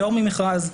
פטור ממכרז.